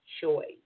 Choice